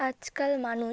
আজকাল মানুষ